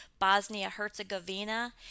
Bosnia-Herzegovina